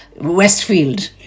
Westfield